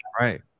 right